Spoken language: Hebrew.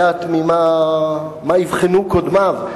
לדעת מה אבחנו קודמיו,